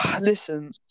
listen